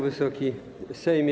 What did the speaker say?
Wysoki Sejmie!